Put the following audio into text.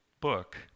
book